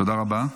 תודה רבה.